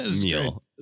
meal